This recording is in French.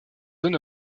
zone